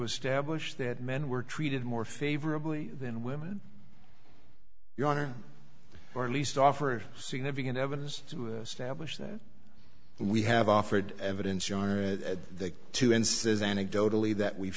establish that men were treated more favorably than women your honor or at least offer significant evidence to establish that we have offered evidence or are they two and says anecdotally that we've